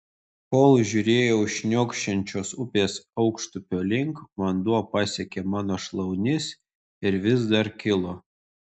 kol žiūrėjau šniokščiančios upės aukštupio link vanduo pasiekė mano šlaunis ir vis dar kilo